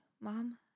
Mom